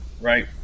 right